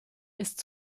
ist